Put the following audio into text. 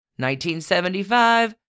1975